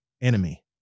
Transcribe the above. enemy